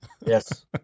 Yes